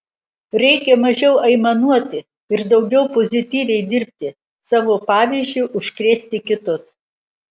reikia mažiau aimanuoti ir daugiau pozityviai dirbti savo pavyzdžiu užkrėsti kitus